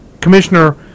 commissioner